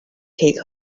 take